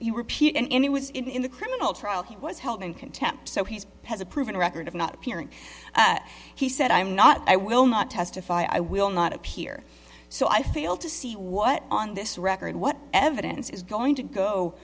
appear in any was in the criminal trial he was held in contempt so he has a proven record of not appearing he said i'm not i will not testify i will not appear so i fail to see what on this record what evidence is going to go